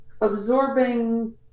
absorbing